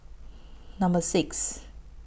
Number six